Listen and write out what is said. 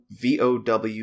VOW